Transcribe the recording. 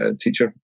teacher